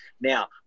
Now